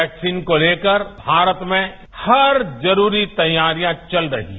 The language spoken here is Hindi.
वैक्सीन को लेकर भारत में हर जरूरी तैयारियां चल रही हैं